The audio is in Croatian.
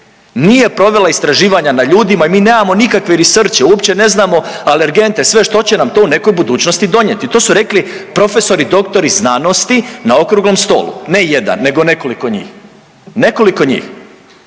nije provela istraživanja na ljudima i mi nemamo nikakve research-e uopće ne znamo alergente sve što će nam to u nekoj budućnosti donijeti. To su rekli profesori doktori znanosti na okruglom stolu, ne jedan, nego nekoliko njih, nekoliko njih.